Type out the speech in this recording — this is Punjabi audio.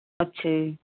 ਅੱਛਾ ਜੀ